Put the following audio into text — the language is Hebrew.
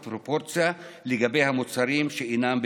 פרופורציה של המוצרים שאינם בפיקוח,